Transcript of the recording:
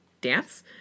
Dance